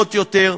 ומרוויחות יותר,